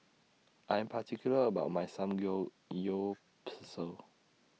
I Am particular about My Samgeyopsal